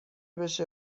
بشه